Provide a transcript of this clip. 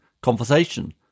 conversation